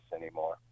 anymore